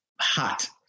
hot